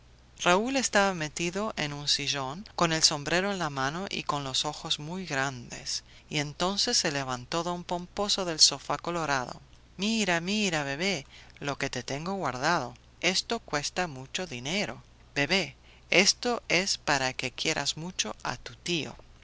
raúl estaba metido en un sillón con el sombrero en la mano y con los ojos muy grandes y entonces se levantó don pomposo del sofá colorado mira mira bebé lo que te tengo guardado esto cuesta mucho dinero bebé esto es para que quieras mucho a tu tío